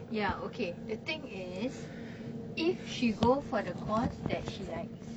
ya okay the thing is if she go for the course that she likes